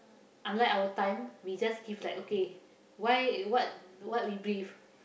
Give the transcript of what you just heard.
unlike our time we just give like okay why what what we breathe